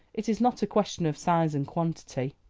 it is not a question of size and quantity.